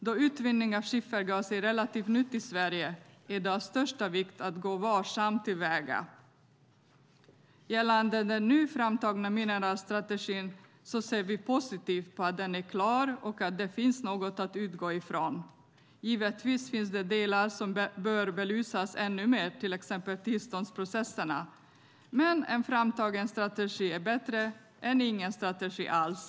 Då utvinning av skiffergas är relativt nytt i Sverige är det av största vikt att gå varsamt till väga. Gällande den nu framtagna mineralstrategin ser vi positivt på att den är klar och att det finns något att utgå ifrån. Givetvis finns det delar som bör belysas ännu mer, till exempel tillståndsprocesserna. Men en framtagen strategi är bättre än ingen strategi alls.